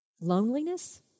Loneliness